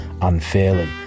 unfairly